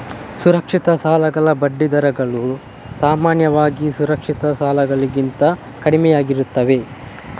ಸುರಕ್ಷಿತ ಸಾಲಗಳ ಬಡ್ಡಿ ದರಗಳು ಸಾಮಾನ್ಯವಾಗಿ ಅಸುರಕ್ಷಿತ ಸಾಲಗಳಿಗಿಂತ ಕಡಿಮೆಯಿರುತ್ತವೆ